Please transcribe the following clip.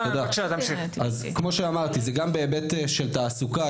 אז כמו שאמרתי זה גם בהיבט של תעסוקה,